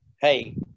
Hey